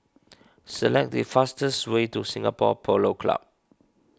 select the fastest way to Singapore Polo Club